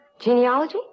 Genealogy